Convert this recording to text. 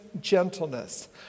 gentleness